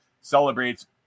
celebrates